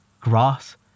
grass